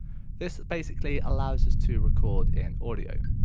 this basically allows us to record in audio.